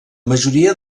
majoria